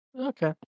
Okay